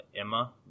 Emma